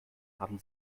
haben